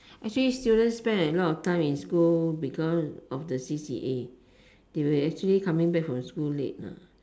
actually students spend a lot time in school because of the C_C_A they will actually coming back from school late ah